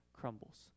crumbles